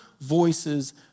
voices